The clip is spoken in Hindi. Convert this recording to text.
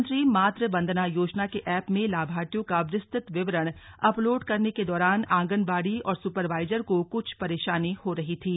प्रधानमंत्री मातृ वंदना योजना के ऐप में लाभाथियों का विस्तृत विवरण अपलोड करने के दौरान आंगनबाड़ी और सुपरवाइजर को कुछ परेशानी हो रही थी